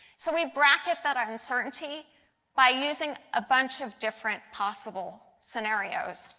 so we bracket that uncertainty by using a bunch of different possible scenarios.